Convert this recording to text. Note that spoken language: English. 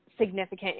significant